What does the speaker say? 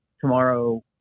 tomorrow